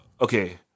okay